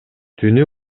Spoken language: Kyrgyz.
түнү